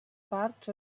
parts